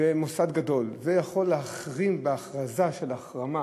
ויכול להכריז הכרזה של החרמה,